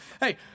Hey